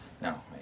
No